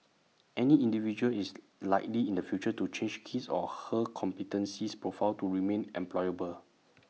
any individual is likely in the future to change his or her competences profile to remain employable